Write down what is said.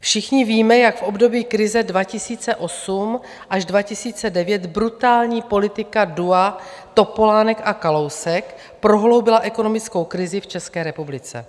Všichni víme, jak v období krize 2008 až 2009 brutální politika dua Topolánek a Kalousek prohloubila ekonomickou krizi v České republice.